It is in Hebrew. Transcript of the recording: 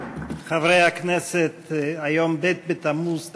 חברי הכנסת, היום ב' בתמוז תשע"ד,